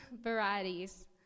varieties